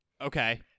Okay